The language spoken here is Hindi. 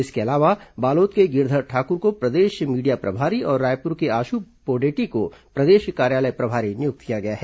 इसके अलावा बालोद के गिरधर ठाक्र को प्रदेश मीडिया प्रभारी और रायपुर के आश् पोडेटी को प्रदेश कार्यालय प्रभारी नियुक्त किया गया है